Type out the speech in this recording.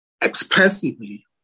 expressively